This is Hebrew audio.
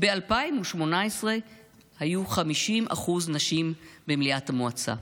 ב-2018 היו 50% נשים במליאת המועצה.